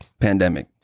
pandemic